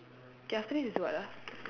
okay after this is what ah